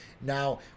Now